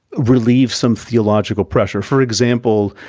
relieve some theological pressure. for example,